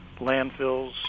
landfills